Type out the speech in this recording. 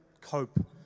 cope